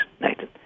Nathan